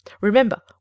Remember